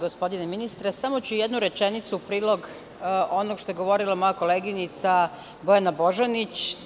Gospodine ministre, samo ću jednu rečenicu u prilog onoga što je govorila moja koleginica Bojana Božanić.